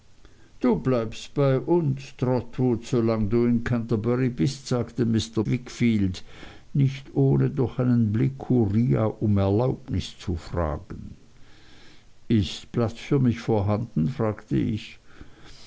du bleibst bei uns trotwood solange du in canterbury bist sagte mr wickfield nicht ohne durch einen blick uriah um erlaubnis zu fragen ist platz für mich vorhanden fragte ich